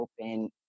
open